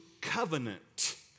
covenant